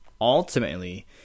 Ultimately